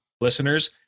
listeners